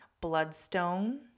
Bloodstone